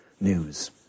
news